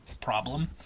problem